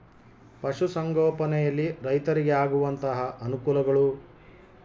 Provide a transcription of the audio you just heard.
ಪಶುಸಂಗೋಪನೆಯಲ್ಲಿ ರೈತರಿಗೆ ಆಗುವಂತಹ ಅನುಕೂಲಗಳು?